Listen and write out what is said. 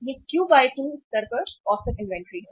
यह Q 2 स्तर पर औसत इन्वेंट्री है